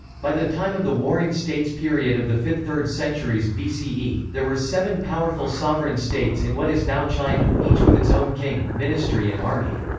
by the time of the warring states period of the fifth third centuries bce, there were seven powerful sovereign states in what is now china, each with its own king, ministry and army.